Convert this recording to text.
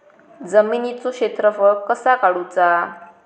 जमिनीचो क्षेत्रफळ कसा काढुचा?